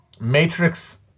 matrix